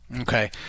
Okay